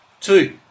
Two